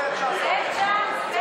תן צ'אנס.